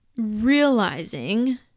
realizing